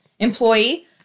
Employee